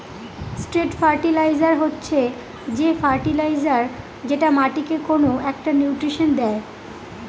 straight fertiliser হচ্ছে যে fertiliser যেটা মাটিকে কোনো একটা নিউট্রিশন দেয়